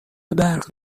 برق